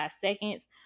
seconds